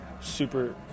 super